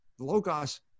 Logos